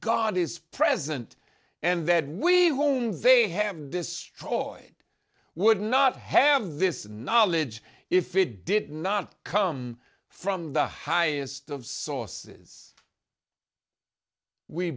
god is present and that we won't they have destroyed would not have this knowledge if it did not come from the highest of sources we